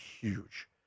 huge